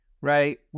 right